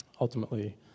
ultimately